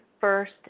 first